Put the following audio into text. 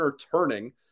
turning